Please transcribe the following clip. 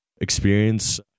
experience